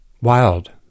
Wild